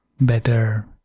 better